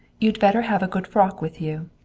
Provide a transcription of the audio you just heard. you'd better have a good frock with you.